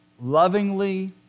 lovingly